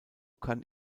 kann